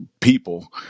people